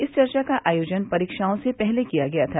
इस चर्चा का आयोजन परीक्षाओं से पहले किया गया है